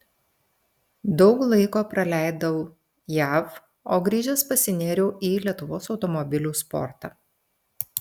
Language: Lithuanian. daug laiko praleidau jav o grįžęs pasinėriau į lietuvos automobilių sportą